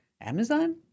Amazon